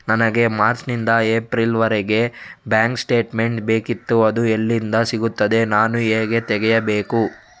ನನಗೆ ಮಾರ್ಚ್ ನಿಂದ ಏಪ್ರಿಲ್ ವರೆಗೆ ಬ್ಯಾಂಕ್ ಸ್ಟೇಟ್ಮೆಂಟ್ ಬೇಕಿತ್ತು ಅದು ಎಲ್ಲಿಂದ ಸಿಗುತ್ತದೆ ನಾನು ಹೇಗೆ ತೆಗೆಯಬೇಕು?